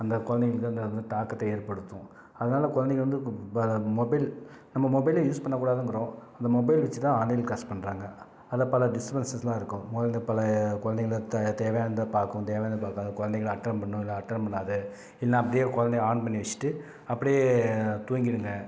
அந்த கொழந்தைங்களுக்கு அந்த தாக்கத்தை ஏற்படுத்தும் அதனால் குழந்தைங்கள் வந்து மொபைல் நம்ம மொபைலே யூஸ் பண்ணக்கூடாதுங்கிறோம் அந்த மொபைலை வைச்சி தான் ஆன்லைன் க்ளாஸ் பண்ணுறாங்க அதில் பல டிஸ்டபன்ஸஸ்லாம் இருக்கும் மொதலில் பல கொழந்தைகள் தேவையானதை பார்க்கும் தேவையானதை பார்க்காது கொழந்தைகளா அட்டென் பண்ணும் இல்லை அட்டென் பண்ணாது இல்லைனா அப்படியே கொழந்தைங்க ஆன் பண்ணி வைச்சிட்டு அப்படியே தூங்கிடுங்க